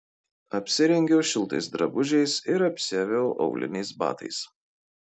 apsirengiau šiltais drabužiais ir apsiaviau auliniais batais